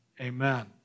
amen